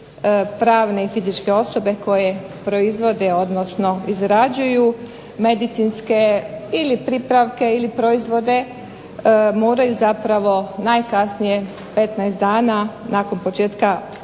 pravne i fizičke osobe koje proizvode, odnosno izrađuju medicinske ili pripravke ili proizvode moraju zapravo najkasnije 15 dana nakon početka